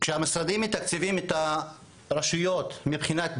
כשהמשרדים מתקצבים את הרשויות מבחינת בינוי,